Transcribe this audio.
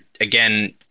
again